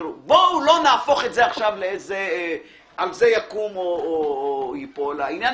בוא לא נהפוך את זה ושעל זה יקום או ייפול העניין.